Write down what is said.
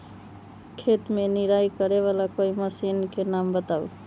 खेत मे निराई करे वाला कोई मशीन के नाम बताऊ?